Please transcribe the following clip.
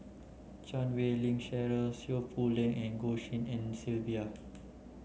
Chan Wei Ling Cheryl Seow Poh Leng and Goh Tshin En Sylvia